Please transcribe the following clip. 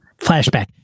flashback